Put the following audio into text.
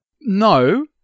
No